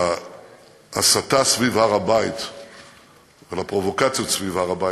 להסתה סביב הר-הבית ולפרובוקציות סביב הר-הבית